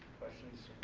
questions,